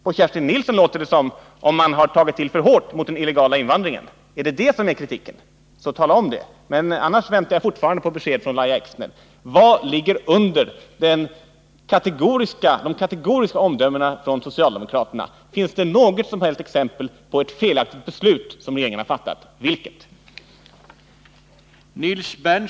På Kerstin Nilsson lät det som om man tagit i för hårt mot den illegala invandringen. Om det är det som är fel, så tala om det! Annars väntar jag fortfarande på besked från Lahja Exner. Vad ligger under de kategoriska omdömena från socialdemokraterna? Finns det något som helst exempel på ett felaktigt beslut som regeringen har fattat? Vilket?